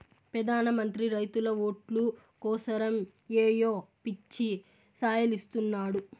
పెదాన మంత్రి రైతుల ఓట్లు కోసరమ్ ఏయో పిచ్చి సాయలిస్తున్నాడు